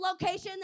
location